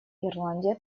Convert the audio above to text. ирландия